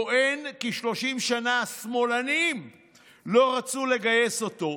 שטוען כי 30 שנה השמאלנים לא רצו לגייס אותו,